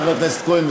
חבר הכנסת כהן,